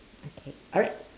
okay alright